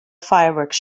fireworks